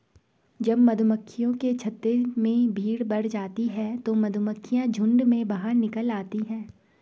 जब मधुमक्खियों के छत्ते में भीड़ बढ़ जाती है तो मधुमक्खियां झुंड में बाहर निकल आती हैं